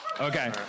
Okay